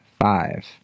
five